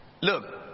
look